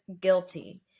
guilty